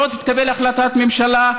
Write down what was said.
שלא תתקבל החלטת ממשלה,